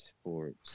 sports